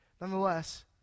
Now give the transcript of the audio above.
Nonetheless